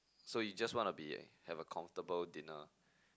so you just want to be have a comfortable dinner